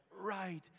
right